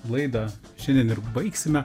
laidą šiandien ir baigsime